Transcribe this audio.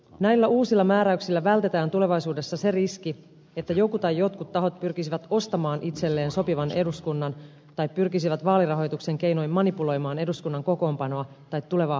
näillä uusilla määräyksillä vältetään tulevaisuudessa se riski että joku tai jotkut tahot pyrkisivät ostamaan itselleen sopivan eduskunnan tai pyrkisivät vaalirahoituksen keinoin manipuloimaan eduskunnan kokoonpanoa tai tulevaa hallituspohjaa